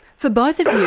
for both of you,